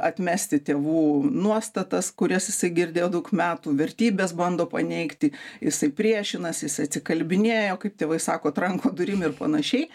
atmesti tėvų nuostatas kurias jisai girdėjo daug metų vertybes bando paneigti jisai priešinasi jis atsikalbinėja o kaip tėvai sako tranko durim ir panašiai